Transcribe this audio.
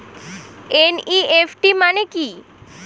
NEFT মানে কি?